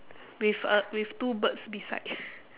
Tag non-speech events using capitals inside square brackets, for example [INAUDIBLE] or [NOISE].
with a with two birds beside [NOISE]